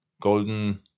golden